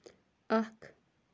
اکھ